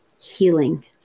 healing